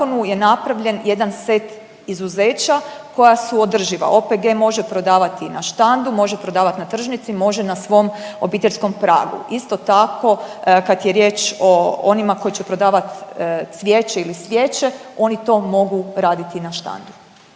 u zakonu je napravljen jedan set izuzeća koja su održiva. OPG može prodavati na štandu, može prodavati na tržnici, može na svog obiteljskom pragu. Isto tako, kad je riječ o onima koji će prodavati cvijeće ili svijeće, oni to mogu raditi i na štandu.